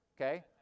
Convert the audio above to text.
okay